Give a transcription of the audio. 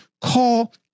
call